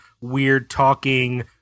weird-talking